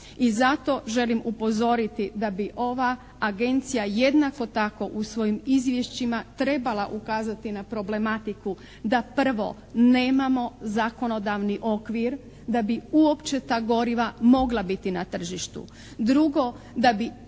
I zato želim upozoriti da bi ova agencija jednako tako u svojim izvješćima trebala ukazati na problematiku da prvo nemamo zakonodavni okvir da bi uopće ta goriva mogla biti na tržištu. Drugo, da bi